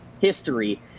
history